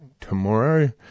tomorrow